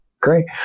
Great